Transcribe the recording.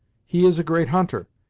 he is a great hunter,